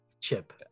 chip